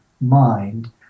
mind